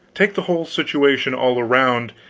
take the whole situation all around,